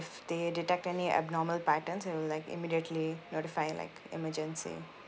if they detect any abnormal patterns it will like immediately notify like emergency